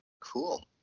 cool